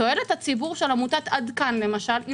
תועלת הציבור של עמותת עד כאן למשל היא